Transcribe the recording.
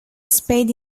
spade